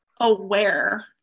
aware